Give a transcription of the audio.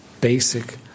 basic